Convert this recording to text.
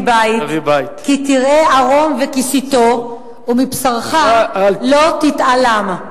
בית כי תראה ערום וכיסיתו ומבשרך לא תתעלם.